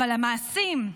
אבל המעשים,